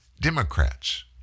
Democrats